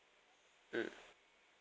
mm